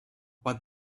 what